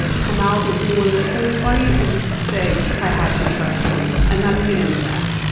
come out and if anyone looks at me funny i just say, i had to. trust me. and that's the end of that.